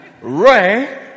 Ray